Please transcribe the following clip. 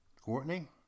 Courtney